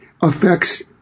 affects